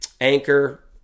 Anchor